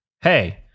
Hey